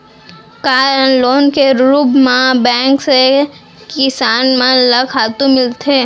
का लोन के रूप मा बैंक से किसान मन ला खातू मिलथे?